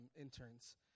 interns